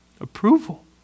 approval